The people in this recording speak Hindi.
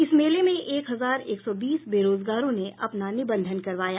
इस मेले में एक हजार एक सौ बीस बेरोजगारों ने अपना निबंधन करवाया